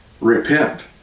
Repent